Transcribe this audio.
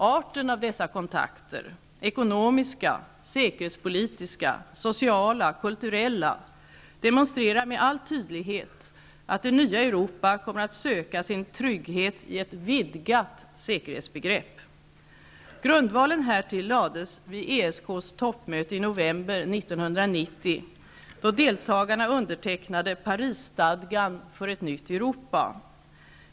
Arten av dessa kontakter -- ekonomiska, säkerhetspolitiska, sociala, kulturella -- demonstrerar med all tydlighet att det nya Europa kommer att söka sin trygghet i ett vidgat säkerhetsbegrepp. Grundvalen härtill lades vid ESK:s toppmöte i november 1990, då deltagarna undertecknade ''Parisstadgan för ett nytt Europa''.